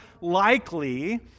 likely